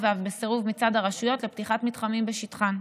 ואף בסירוב מצד הרשויות לפתיחת מתחמים בשטחן.